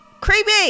Creepy